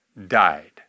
died